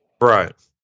right